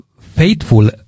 faithful